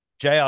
JR